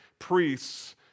priests